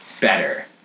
better